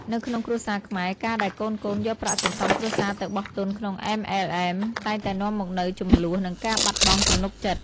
នៅក្នុងគ្រួសារខ្មែរ ការដែលកូនៗយកប្រាក់សន្សំគ្រួសារទៅបោះទុនក្នុង MLM តែងតែនាំមកនូវជម្លោះ និងការបាត់បង់ទំនុកចិត្ត។